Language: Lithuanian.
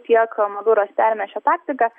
tiek maduras perėmė šią taktiką